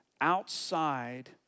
outside